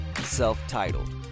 Self-Titled